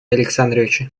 александровича